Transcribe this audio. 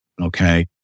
Okay